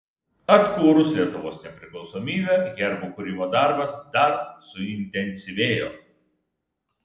atkūrus lietuvos nepriklausomybę herbų kūrimo darbas dar suintensyvėjo